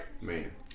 man